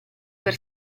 per